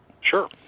Sure